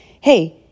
hey